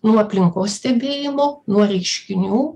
nuo aplinkos stebėjimo nuo reiškinių